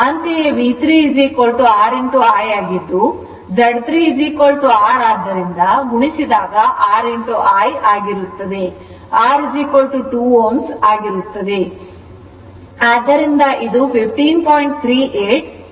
ಅಂತೆಯೇ V3 R I ಆಗಿದ್ದು Z 3 R ಆದ್ದರಿಂದ ಗುಣಿಸಿದಾಗ RI ಆಗಿರುತ್ತದೆ R 2 Ω ಆಗಿರುತ್ತದೆ